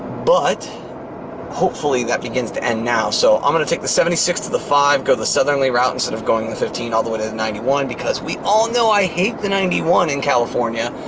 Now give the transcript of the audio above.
but hopefully that begins to end now, so i'm going to take the seventy six to the five, go the southerly route instead of going fifteen all the way to the ninety one because we all know i hate the ninety one in california,